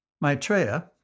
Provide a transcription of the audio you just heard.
Maitreya